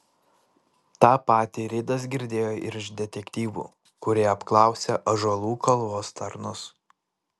tą patį ridas girdėjo ir iš detektyvų kurie apklausė ąžuolų kalvos tarnus